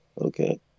Okay